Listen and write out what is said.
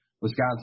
Wisconsin